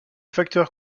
facteurs